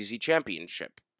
Championship